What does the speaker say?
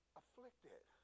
afflicted